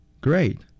Great